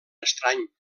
estrany